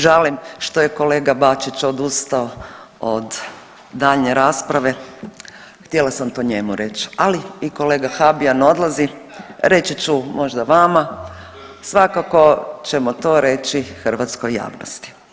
Žalim što je kolega Bačić odustao od daljnje rasprave, htjela sam to njemu reć, ali i kolega Habijan odlazi, reći ću možda vama, svakako ćemo to reći hrvatskoj javnosti.